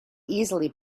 easily